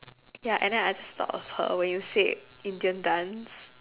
ya and then I just thought of her when you said indian dance